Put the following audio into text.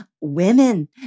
Women